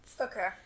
Okay